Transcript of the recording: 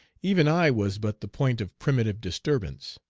even i was but the point of primitive disturbance,